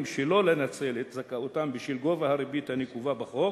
שלא לנצל את זכאותם בשל גובה הריבית הנקובה בחוק,